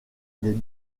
des